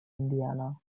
indiana